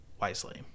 wisely